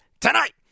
tonight